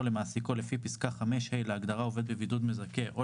למעסיקו לפי פסקה (5)(ה) להגדרה "עובד בבידוד מזכה" או